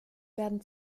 werden